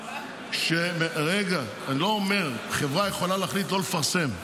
אני לא אומר, חברה יכולה להחליט לא לפרסם,